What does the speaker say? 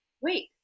wait